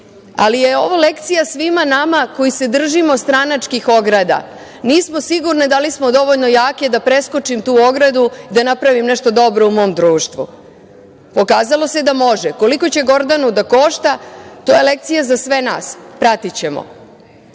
je ovo lekcija svima nama koji se držimo stranačkih ograda. Nismo sigurne da li sam dovoljno jaka da preskočim tu ogradu, da napravimo nešto dobro u mom društvu. Pokazalo se da može. Koliko će Gordanu da košta – to je lekcija za sve nas, pratićemo.